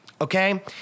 Okay